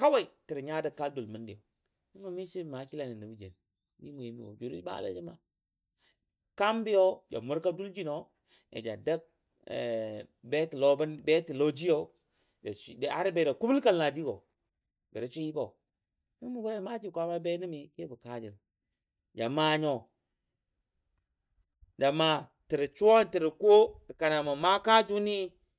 kawai shi ja nya jə kal dʊn miyau kambi yaja murka dulji nɔya jadəg ja swil betəlɔ ji baja kʊbəl kan ladi go gə ja swiibo nəngɔ mən maaji kwaamai abenə mə fima kena mə suwa gə wei